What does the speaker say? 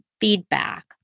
feedback